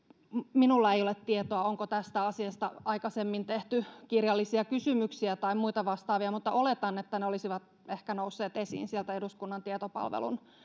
minulla ei ole tietoa onko tästä asiasta aikaisemmin tehty kirjallisia kysymyksiä tai muita vastaavia mutta oletan että ne olisivat ehkä nousseet esiin eduskunnan tietopalvelun